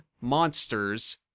monsters